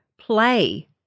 play